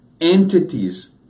entities